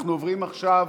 אנחנו עוברים עכשיו